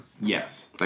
Yes